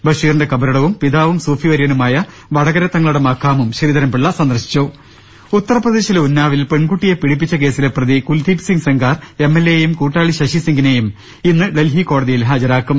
ബഷീറിന്റെ കബറി ടവും പിതാവും സൂഫി വര്യനുമായ വടകര തങ്ങളുടെ മഖാമും ശ്രീധരൻപിള്ള സന്ദർശിച്ചു ഉത്തർപ്രദേശിലെ ഉന്നാവിൽ പെൺകുട്ടിയെ പീഡിപ്പിച്ച കേസിലെ പ്രതി കുൽദീപ് സിംഗ് സെങ്കാർ എം എൽ എയെയും കൂട്ടാളി ശശി സിംഗിനെയും ഇന്ന് ഡൽഹി കോടതിയിൽ ഹാജരാക്കും